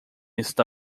está